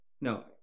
No